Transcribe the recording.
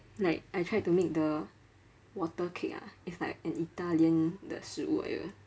like I tried to make the water cake ah it's like an italian the 食物来的